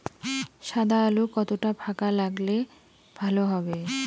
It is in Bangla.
সাদা আলু কতটা ফাকা লাগলে ভালো হবে?